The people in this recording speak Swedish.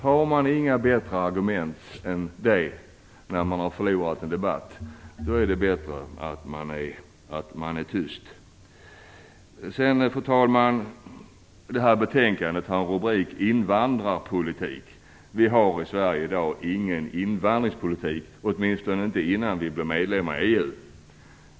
Har man inga bättre argument än detta när man förlorat en debatt är det bättre att man är tyst. Fru talman! Det här betänkandet har en rubrik som handlar om invandrarpolitik. Vi har i Sverige i dag ingen invandringspolitik, åtminstone inte innan vi blev medlemmar i EU.